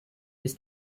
his